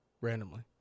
randomly